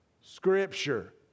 Scripture